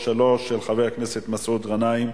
של חבר הכנסת מסעוד גנאים,